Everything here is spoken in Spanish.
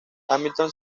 hamilton